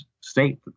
state